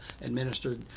administered